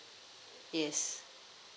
yes